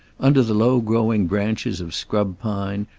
under the low-growing branches of scrub pine,